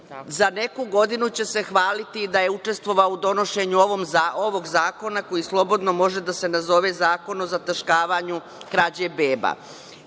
Za neku godinu će se hvaliti i da je učestvovao u donošenju ovog zakona koji slobodno može da se nazove zakon o zataškavanju kraće